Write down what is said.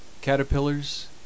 Caterpillars